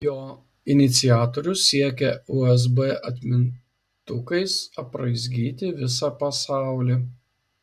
jo iniciatorius siekia usb atmintukais apraizgyti visą pasaulį